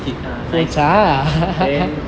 ah nice then